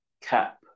cap